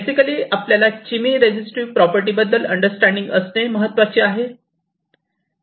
basically आपल्याला chemiresistive property बद्दल understanding असणे महत्त्वाचे आहे